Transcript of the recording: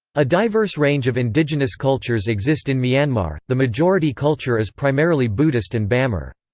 a diverse range of indigenous cultures exist in myanmar, the majority culture is primarily buddhist and bamar.